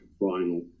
vinyl